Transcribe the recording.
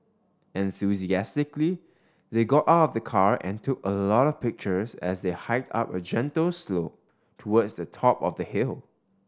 enthusiastically they got out of the car and took a lot of pictures as they hiked up a gentle slope towards the top of the hill